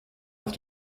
auf